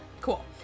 cool